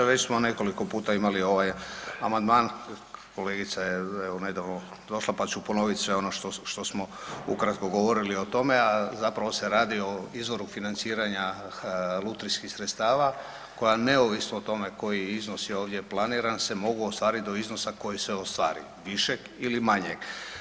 Već smo nekoliko puta imali ovaj amandman, kolegica je evo, nedavno došla pa ću ponoviti sve ono što smo ukratko govorili o tome, a zapravo se radi o izvoru financiranja lutrijskih sredstva koja neovisno o tome koji je iznos je ovdje planiran se mogu ostvariti do iznosa koji se ostvari višeg ili manjeg.